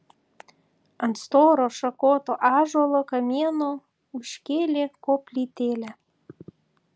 ant storo šakoto ąžuolo kamieno užkėlė koplytėlę